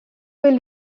will